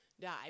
die